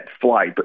flight